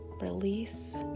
release